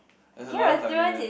there's another Targaryen